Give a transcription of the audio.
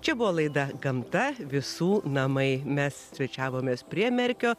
čia buvo laida gamta visų namai mes svečiavomės prie merkio